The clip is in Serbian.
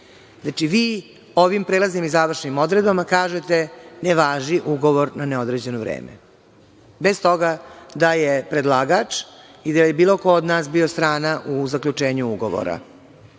Znači, vi ovim prelaznim i završnim odredbama kažete ne važi ugovor na neodređeno vreme, bez toga da je predlagač ili da je bilo ko od nas bio strana u zaključenju ugovora. Znam